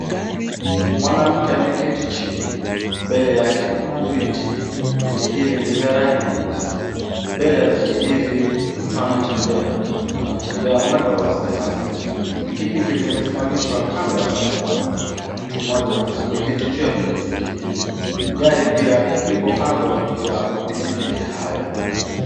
Mwanamke ameketi chini. Mbele yake kuna viti. Viti hivi ni vya rangi nyeusi. Mbele ya viti hivi mtu anatembea. Anatembea mwendo wa asteaste. Pikipiki zimesimamishwa kando ya barabara. Mtu mmoja ameketi juu ya pikipiki hili. Gari pia lipo kando ya mapikipiki haya.